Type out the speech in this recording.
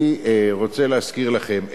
אני רוצה להזכיר לכם,